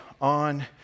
on